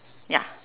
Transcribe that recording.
ya